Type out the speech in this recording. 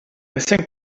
missing